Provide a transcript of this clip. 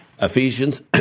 Ephesians